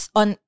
on